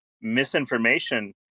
misinformation